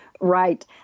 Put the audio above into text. Right